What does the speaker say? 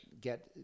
get